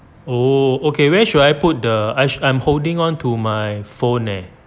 oh okay where should I put the I'm holding on to my phone leh